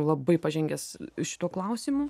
labai pažengęs šituo klausimu